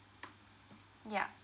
ya